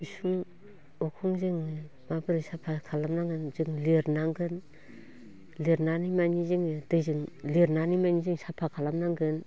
इसिं अखं जोङो माबोरै साफा खालामनांगौ जों लिरनांगोन लिरनानै मानि जोङो दैजों लिरनानै मानि जों साफा खालाम नांगोन